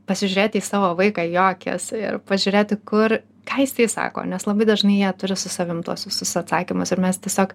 pasižiūrėti į savo vaiką į jo akis ir pažiūrėti kur ką jisai sako nes labai dažnai jie turi su savim tuos visus atsakymus ir mes tiesiog